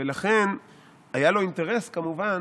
ולכן היה לו אינטרס, כמובן,